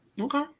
Okay